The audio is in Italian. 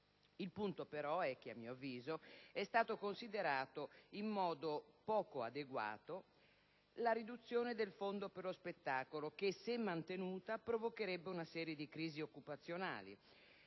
Il punto però è che, a mio avviso, è stata considerata in modo poco adeguato la riduzione del Fondo unico per lo spettacolo che, se mantenuta, provocherebbe una serie di crisi occupazionali.